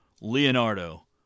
Leonardo